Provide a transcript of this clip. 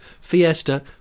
Fiesta